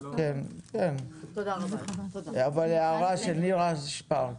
בקצב של קבלת ההחלטות,